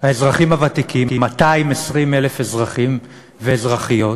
האזרחים הוותיקים, 220,000 אזרחים ואזרחיות,